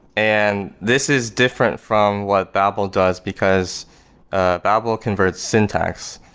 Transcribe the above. and this is different from what babel does, because ah babel converts syntax.